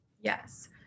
Yes